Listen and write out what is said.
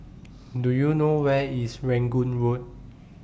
Do YOU know Where IS Rangoon Road